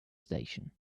station